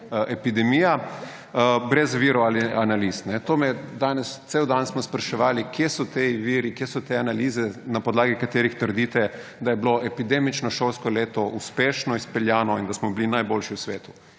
epidemija, brez virov ali analiz. Cel dan smo spraševali, kje so ti viri, kje so te analize, na podlagi katerih trdite, da je bilo epidemično šolsko leto uspešno izpeljano in da smo bili najboljši na svetu.